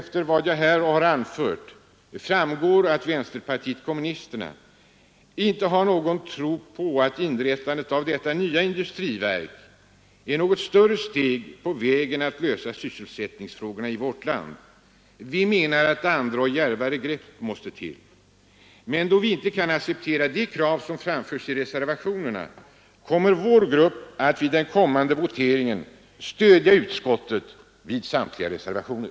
Av vad jag här anfört framgår att vänsterpartiet kommunisterna inte tror på att inrättandet av detta nya industriverk är något större steg på vägen mot att lösa sysselsättningsproblemet i vårt land. Vi menar att andra och djärvare grepp måste till, men då vi inte kan acceptera de krav som framförs i reservationerna kommer vår grupp i den kommande voteringen att stödja utskottets hemställan på samtliga punkter.